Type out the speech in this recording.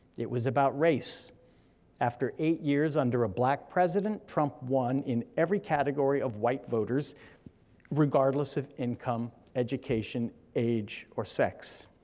it was about race after eight years under a black president, trump won in every category of white voters regardless of income, education, age, or sex.